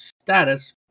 status